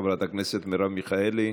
חברת הכנסת מרב מיכאלי.